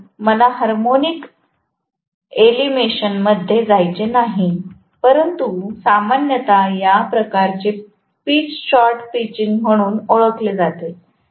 तर मला हार्मोनिक एलिमिनेशनमध्ये जायचे नाही परंतु सामान्यत या प्रकारचे पीच शॉर्ट पिचिंग म्हणून ओळखले जाते